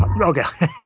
Okay